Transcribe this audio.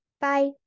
Bye